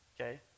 okay